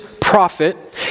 prophet